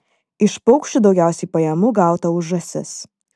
iš paukščių daugiausiai pajamų gauta už žąsis